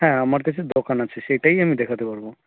হ্যাঁ আমার কাছে দোকান আছে সেইটাই আমি দেখাতে পারব